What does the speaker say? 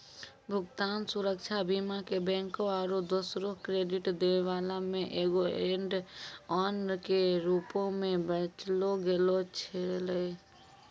भुगतान सुरक्षा बीमा के बैंको आरु दोसरो क्रेडिट दै बाला मे एगो ऐड ऑन के रूपो मे बेचलो गैलो छलै